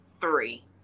three